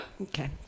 Okay